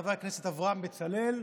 חבר הכנסת אברהם בצלאל,